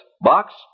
Box